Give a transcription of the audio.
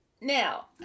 Now